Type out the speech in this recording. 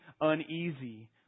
uneasy